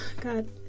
God